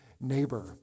neighbor